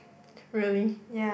really